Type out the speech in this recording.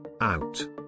out